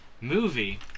movie